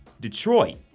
Detroit